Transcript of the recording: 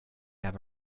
have